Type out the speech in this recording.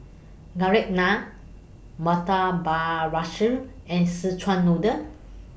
Garlic Naan Murtabak Rusa and Szechuan Noodle